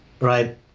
Right